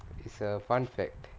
it's a fun fact